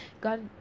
God